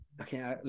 okay